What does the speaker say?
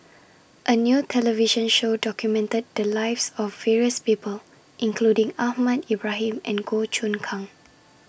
A New television Show documented The Lives of various People including Ahmad Ibrahim and Goh Choon Kang